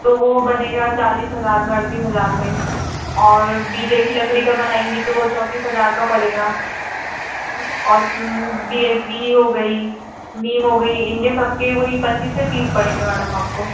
तो वो बनेगा चालीस हजार में अड़तीस हजार में और बीजे की लकड़ी का बनाएंगे तो वो चौंतीस हजार का पड़ेगा और बीही हो गई नीम हो गई इनके सब के वही पच्चीस से तीस पड़ेंगे मैडम आपको